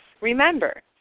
Remember